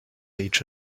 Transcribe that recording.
age